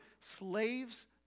slaves